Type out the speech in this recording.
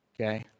okay